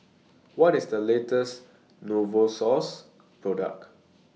What IS The latest Novosource Product